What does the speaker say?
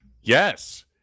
Yes